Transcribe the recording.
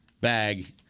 bag